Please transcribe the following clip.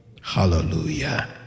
Hallelujah